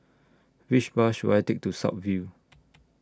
Which Bus should I Take to South View